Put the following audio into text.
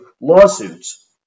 lawsuits